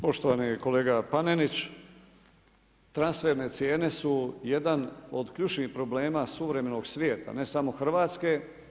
Poštovani kolega Panenić, transferne cijene su jedan od ključnih problema suvremenog svijeta ne samo Hrvatske.